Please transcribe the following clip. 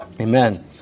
Amen